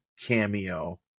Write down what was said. cameo